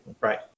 Right